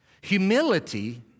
Humility